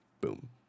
boom